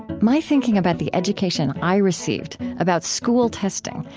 my thinking about the education i received, about school testing,